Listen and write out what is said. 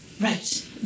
right